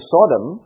Sodom